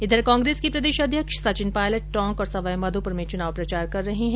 उधर कांग्रेस के प्रदेशाध्यक्ष सचिन पायलट टोंक और सवाईमाधोपुर में चुनाव प्रचार कर रहे है